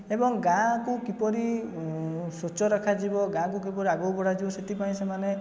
ଏବଂ ଗାଁ କୁ କିପରି ସ୍ଵଚ୍ଛ ରଖାଯିବ ଗାଁ କୁ କିପରି ଆଗକୁ ବଢ଼ାଯିବ ସେଥିପାଇଁ ସେମାନେ